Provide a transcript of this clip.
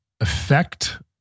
effect